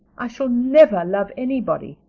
i shall never love anybody.